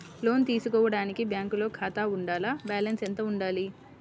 లోను తీసుకోవడానికి బ్యాంకులో ఖాతా ఉండాల? బాలన్స్ ఎంత వుండాలి?